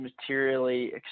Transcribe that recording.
materially